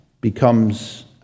becomes